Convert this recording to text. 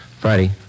Friday